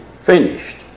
finished